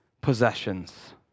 possessions